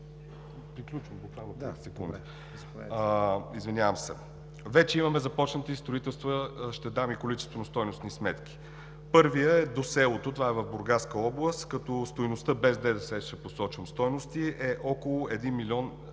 вече имаме започнати строителства, ще дам и количествено-стойностни сметки. Първият е до селото – това е в Бургаска област, като стойността, без ДДС ще посочвам стойности, е около 1 млн.